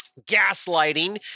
gaslighting